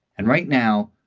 and right now,